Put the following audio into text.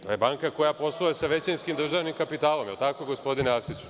To je banka koja posluje sa većinskim državnim kapitalom, jel tako gospodine Arsiću?